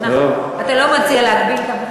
לא, אז, אתה לא מציע להגביל את המחיר.